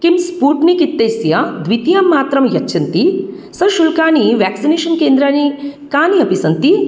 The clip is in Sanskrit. किं स्पूट्निक् इत्यस्य द्वितीयमात्रां यच्छन्ति सशुल्कानि व्याक्सिनेशन् केन्द्राणि कानि अपि सन्ति